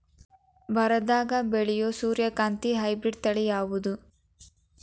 ಬರದಾಗ ಬೆಳೆಯೋ ಸೂರ್ಯಕಾಂತಿ ಹೈಬ್ರಿಡ್ ತಳಿ ಯಾವುದು?